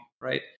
right